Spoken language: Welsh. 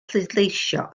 pleidleisio